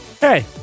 Hey